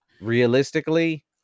realistically